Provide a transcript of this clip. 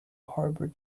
harbor